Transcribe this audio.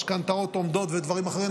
משכנתאות עומדות ודברים אחרים,